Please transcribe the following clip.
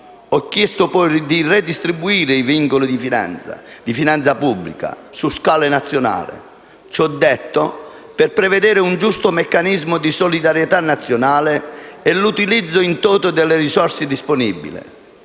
Ho chiesto poi di redistribuire i vincoli di finanza pubblica su scala nazionale. Tutto ciò al fine di prevedere un giusto meccanismo di solidarietà nazionale e l'utilizzo *in toto* delle risorse disponibili.